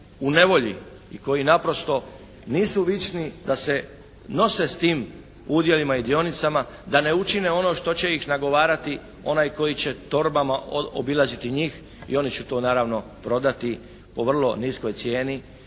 i koji naprosto nisu vični da se nose s tim udjelima i dionicama da ne učine ono što će ih nagovarati onaj koji će torbama obilaziti njih i oni će to naravno prodati po vrlo niskoj cijeni